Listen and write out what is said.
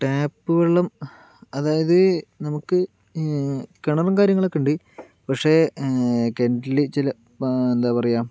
tap വെള്ളം അതായത് നമുക്ക് കിണറും കാര്യങ്ങളും ഒക്കെ ഉണ്ട് പക്ഷെ കിണറ്റില് ചില എന്താ പറയുക